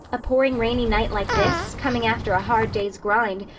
a pouring rainy night like this, coming after a hard day's grind,